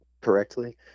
correctly